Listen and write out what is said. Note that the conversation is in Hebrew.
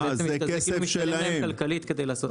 זה בעצם --- כלכלית כדי לעשות.